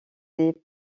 des